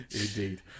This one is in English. Indeed